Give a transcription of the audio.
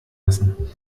lassen